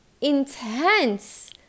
intense